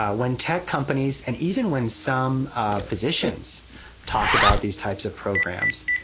ah when tech companies and even when some physicians talk about these types of programs,